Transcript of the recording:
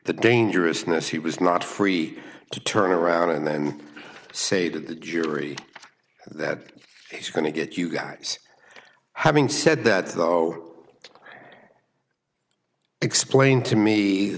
the dangerousness he was not free to turn around and then say that the jury that he's going to get you guys having said that though explain to me